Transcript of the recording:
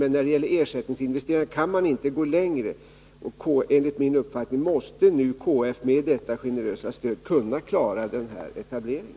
Men när det gäller ersättningsinvesteringar kan man inte gå längre. Enligt min uppfattning måste nu KF med detta generösa stöd kunna klara denna etablering.